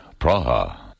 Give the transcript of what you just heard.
Praha